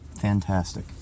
Fantastic